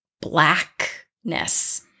blackness